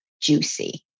juicy